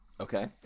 Okay